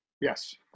Yes